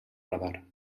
radar